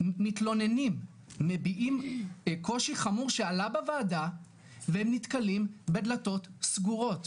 מתלוננים מביעים קושי חמור שעלה בוועדה והם נתקלים בדלתות סגורות,